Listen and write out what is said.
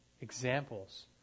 examples